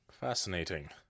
Fascinating